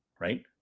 right